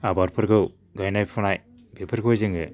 आबादफोरखौ गायनाय फुनाय बेफोरखौ जोङो